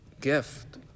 gift